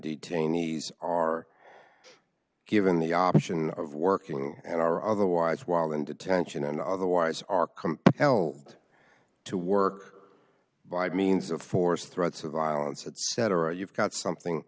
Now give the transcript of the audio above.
detainees are given the option of working and are otherwise while in detention and otherwise are compelled to work by means of force threats of violence etc you've got something